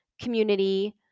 community